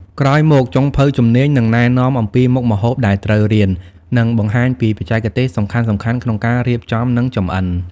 ក្រោយមក ចុងភៅជំនាញនឹងណែនាំអំពីមុខម្ហូបដែលត្រូវរៀន និងបង្ហាញពីបច្ចេកទេសសំខាន់ៗក្នុងការរៀបចំ និងចម្អិន ។